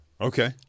Okay